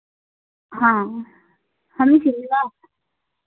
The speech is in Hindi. हाँ हमें चाहिए